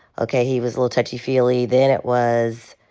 okay, he was a little touchy feely. then it was,